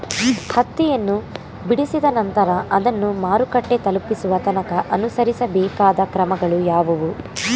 ಹತ್ತಿಯನ್ನು ಬಿಡಿಸಿದ ನಂತರ ಅದನ್ನು ಮಾರುಕಟ್ಟೆ ತಲುಪಿಸುವ ತನಕ ಅನುಸರಿಸಬೇಕಾದ ಕ್ರಮಗಳು ಯಾವುವು?